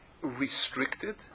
restricted